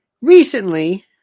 Recently